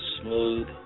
Smooth